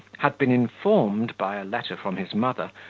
had been informed, by a letter from his mother,